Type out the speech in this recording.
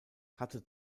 hatte